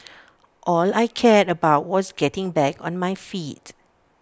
all I cared about was getting back on my feet